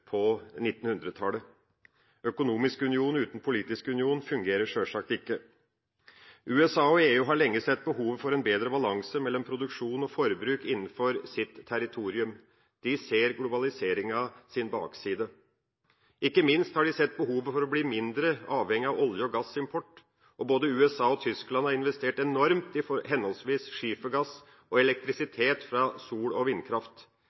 på 1900-tallet. Økonomisk union uten politisk union fungerer sjølsagt ikke. USA og EU har lenge sett behovet for en bedre balanse mellom produksjon og forbruk innenfor sitt territorium. De ser globaliseringas bakside. Ikke minst har de sett behovet for å bli mindre avhengig av olje- og gassimport. Både USA og Tyskland har investert enormt i henholdsvis skifergass og elektrisitet fra sol- og vindkraft.